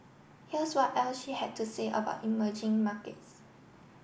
here's what else she had to say about emerging markets